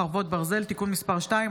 חרבות ברזל) (תיקון מס' 2),